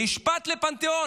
משפט לפנתאון.